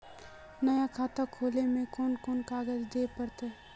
नया खाता खोले में कौन कौन कागज देल पड़ते?